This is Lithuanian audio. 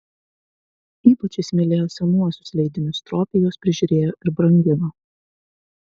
ypač jis mylėjo senuosius leidinius stropiai juos prižiūrėjo ir brangino